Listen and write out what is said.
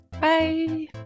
bye